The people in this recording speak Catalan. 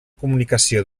comunicació